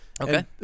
okay